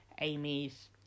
Amy's